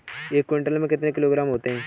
एक क्विंटल में कितने किलोग्राम होते हैं?